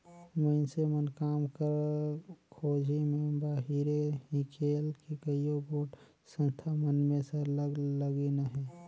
मइनसे मन काम कर खोझी में बाहिरे हिंकेल के कइयो गोट संस्था मन में सरलग लगिन अहें